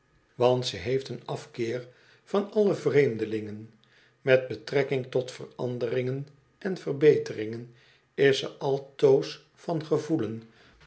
want ze heeft een afkeer van alle vreemdelingen met betrekking tot veranderingen en verbeteringen is ze altoos van gevoelen